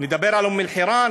נדבר על אום אל-חיראן,